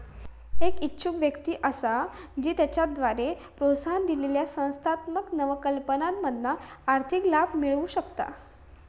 एक इच्छुक व्यक्ती असा जी त्याच्याद्वारे प्रोत्साहन दिलेल्या संस्थात्मक नवकल्पनांमधना आर्थिक लाभ मिळवु शकता